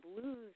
blues